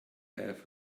have